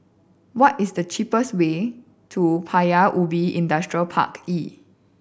what is the cheapest way to Paya Ubi Industrial Park E